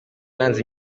yaranze